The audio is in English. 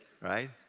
Right